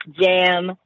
jam